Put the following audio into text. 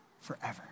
forever